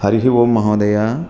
हरिः ओम् महोदय